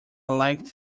liked